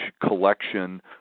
collection